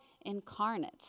incarnate